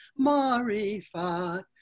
marifat